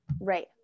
Right